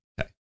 Okay